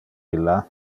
illa